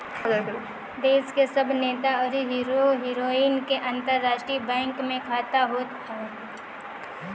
देस के सब नेता अउरी हीरो हीरोइन के अंतरराष्ट्रीय बैंक में खाता होत हअ